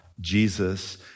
Jesus